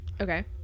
okay